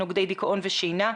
נוגדי דכאון ושינה.